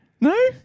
No